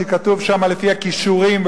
שכתוב שם לפי הכישורים,